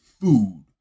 food